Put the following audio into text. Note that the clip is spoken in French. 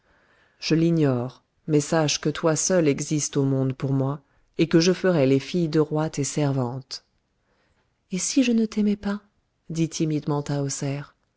je l'ignore mais sache que toi seule existes au monde pour moi et que je ferai les filles de roi tes servantes et si je ne t'aimais pas dit timidement